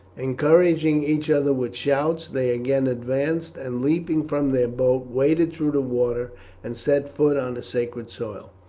encouraging each other with shouts, they again advanced, and, leaping from their boats, waded through the water and set foot on the sacred soil.